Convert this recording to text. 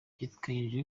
biteganyijwe